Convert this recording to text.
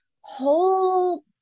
whole